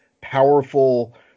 powerful